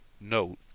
note